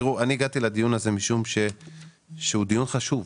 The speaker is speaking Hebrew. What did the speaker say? תראו, אני הגעתי לדיון הזה משום שהוא דיון חשוב.